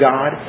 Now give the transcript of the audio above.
God